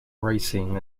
racing